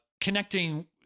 connecting